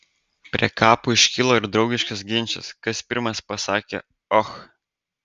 prie kapo iškilo ir draugiškas ginčas kas pirmas pasakė och